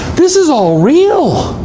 this is all real!